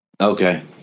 Okay